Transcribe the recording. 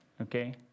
okay